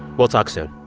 we'll talk soon